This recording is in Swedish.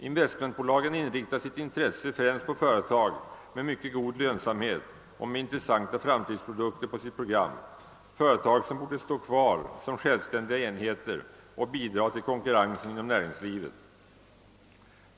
Investmentbolagen inriktar sitt intresse främst på företag med mycket god lönsamhet och med intressanta framtidsprodukter på sitt program, företag som borde stå kvar som självständiga enheter och bidra till konkurrensen inom näringslivet.